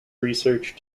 research